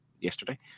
yesterday